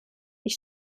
ich